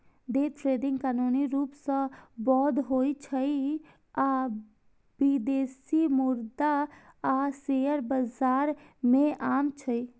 day trading कानूनी रूप सं वैध होइ छै आ विदेशी मुद्रा आ शेयर बाजार मे आम छै